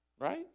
right